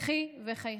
קחי וחייכי".